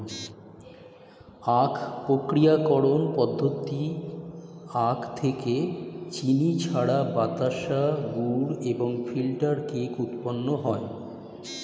আখ প্রক্রিয়াকরণ পদ্ধতিতে আখ থেকে চিনি ছাড়াও বাতাসা, গুড় এবং ফিল্টার কেক উৎপন্ন হয়